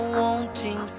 wanting